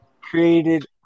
Created